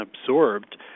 absorbed